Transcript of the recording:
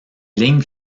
lignes